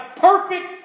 perfect